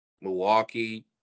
Milwaukee